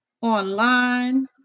Online